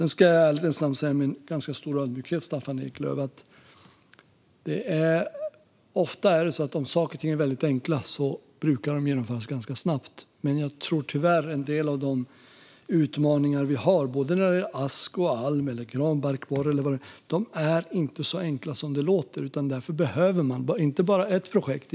Jag ska i ärlighetens namn säga, med ganska stor ödmjukhet, Staffan Eklöf, att ofta är det så att om saker och ting är väldigt enkla brukar de genomföras ganska snabbt. Men jag tror tyvärr att en del av de utmaningar vi har när det gäller både ask och alm och granbarkborre eller vad det nu kan vara inte är så enkla som det låter, och därför behöver man inte bara ett projekt.